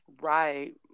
right